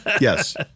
Yes